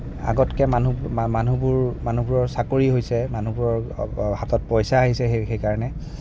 আগতকে মানুহ মানুহবোৰ মানুহবোৰৰ চাকৰি হৈছে মানুহবোৰৰ হাতত পইচা আহিছে সেই সেইকাৰণে